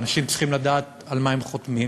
אנשים צריכים לדעת על מה הם חותמים.